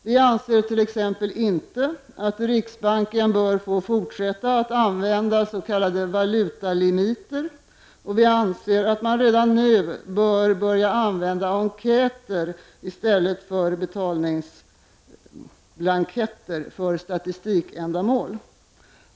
Vi anser t.ex. inte att riksbanken bör få fortsätta att använda s.k. valutalimiter, och vi anser att man redan nu bör börja använda enkäter i stället för betalningsblanketter för statistikändamål.